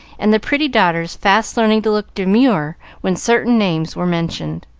and the pretty daughters fast learning to look demure when certain names were mentioned.